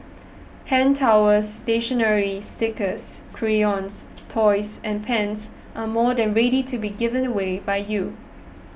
hand towels stationery stickers crayons toys and pens are more than ready to be given away by you